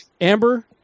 Amber